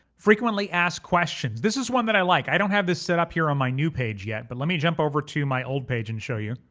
frequently asked questions, this is one that i like. i don't have this set up here on my new page yet but let me jump over to my old page and show you.